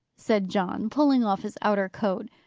said john, pulling off his outer coat.